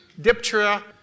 Diptera